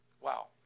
Wow